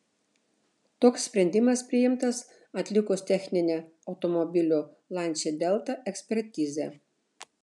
toks sprendimas priimtas atlikus techninę automobilio lancia delta ekspertizę